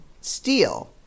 steel